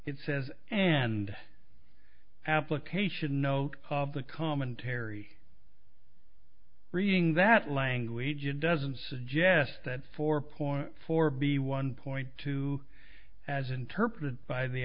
it says and application note of the commentary reading that language it doesn't suggest that four point four b one point two as interpreted by the